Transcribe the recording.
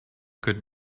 could